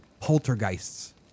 poltergeists